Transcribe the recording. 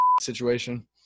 situation